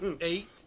eight